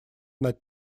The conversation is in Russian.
над